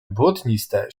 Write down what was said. błotniste